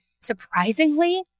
surprisingly